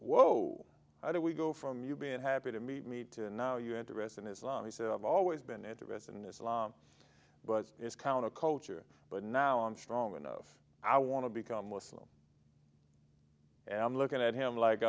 whoa how do we go from you being happy to meet me to now you interest in islam he said i've always been interested in islam but it's counterculture but now i'm strong enough i want to become muslim and i'm looking at him like